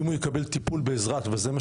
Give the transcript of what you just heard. אם הוא יקבל טיפול בעזרת נגיד,